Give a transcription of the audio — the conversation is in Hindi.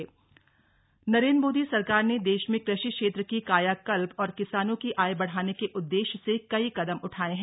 प्रगतिशील किसान मनमोहन नरेन्द्र मोदी सरकार ने देश में कृषि क्षेत्र की कायाकल्प और किसानों की आय बढाने के उद्देश्य से कई कदम उठाए हैं